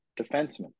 defenseman